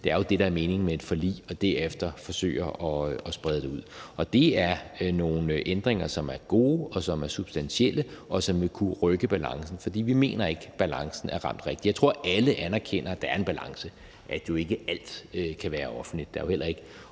det er jo også det, der er meningen med et forlig – og derefter forsøger at sprede det ud. Og det er nogle ændringer, som er gode, og som er substantielle, og som vil kunne rykke balancen. Vi mener ikke, at balancen er ramt rigtigt. Jeg tror, alle anerkender, at der er en balance, at alt jo ikke kan være offentligt. Der er jo heller ikke